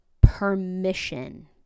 permission